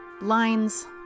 Lines